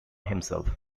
himself